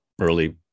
early